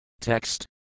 Text